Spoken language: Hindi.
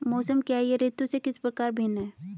मौसम क्या है यह ऋतु से किस प्रकार भिन्न है?